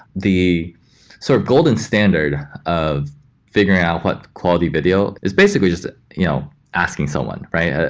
the so golden standard of figuring out what quality video is basically just you know asking someone, right? yeah